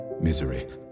misery